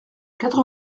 quatre